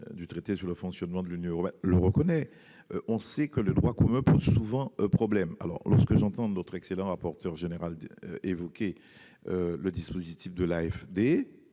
du traité sur le fonctionnement de l'Union européenne (TFUE). On sait que le droit commun pose souvent problème. J'entends notre excellent rapporteur général évoquer le dispositif de l'AFD.